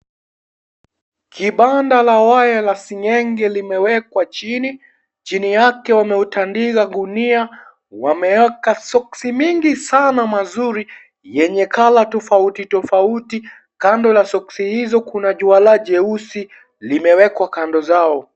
Kibanda la waya la seng'enge limewekwa chini. Chini yake wameutandika gunia. Wameweka soksi mingi sana mazuri yenye kala tofauti tofauti. Kando na soksi hizo kuna juala jeusi limewekwa kando zao.